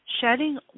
Shedding